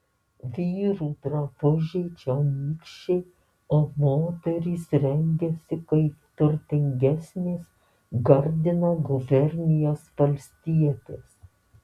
vyrų drabužiai čionykščiai o moterys rengiasi kaip turtingesnės gardino gubernijos valstietės